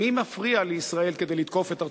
מי מפריע לישראל כדי לתקוף את ארצות-הברית?